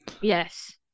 yes